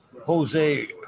Jose